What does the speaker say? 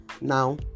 Now